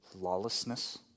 lawlessness